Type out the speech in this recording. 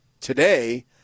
today